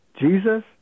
Jesus